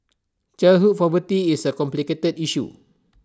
childhood poverty is A complicated issue